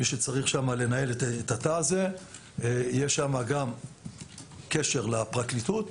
יש שם גם קשר לפרקליטות